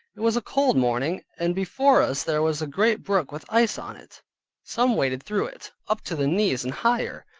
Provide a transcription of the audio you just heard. it was a cold morning, and before us there was a great brook with ice on it some waded through it, up to the knees and higher,